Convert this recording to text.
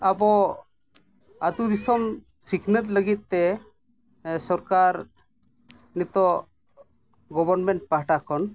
ᱟᱵᱚ ᱟᱛᱳ ᱫᱤᱥᱚᱢ ᱥᱤᱠᱷᱱᱟᱹᱛ ᱞᱟᱹᱜᱤᱫ ᱛᱮ ᱥᱚᱨᱠᱟᱨ ᱱᱤᱛᱚᱜ ᱜᱚᱵᱷᱚᱨᱢᱮᱱᱴ ᱯᱟᱦᱴᱟ ᱠᱷᱚᱱ